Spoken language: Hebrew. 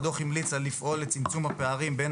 הדוח המליץ לפעול לצמצום הפערים בין